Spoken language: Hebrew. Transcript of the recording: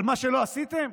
על מה שלא עשיתם?